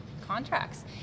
contracts